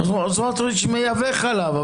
סמוטריץ' מייבא חלב,